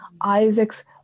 Isaac's